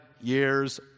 years